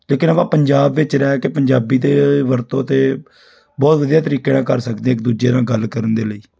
ਲੇਕਿਨ ਆਪਾਂ ਪੰਜਾਬ ਵਿੱਚ ਰਹਿ ਕੇ ਪੰਜਾਬੀ ਦੇ ਵਰਤੋਂ ਤਾਂ ਬਹੁਤ ਵਧੀਆ ਤਰੀਕੇ ਨਾਲ ਕਰ ਸਕਦੇ ਇੱਕ ਦੂਜੇ ਨਾਲ ਗੱਲ ਕਰਨ ਦੇ ਲਈ